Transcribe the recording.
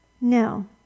No